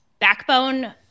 backbone